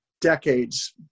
decades